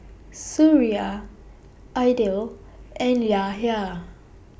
Suria Aidil and Yahya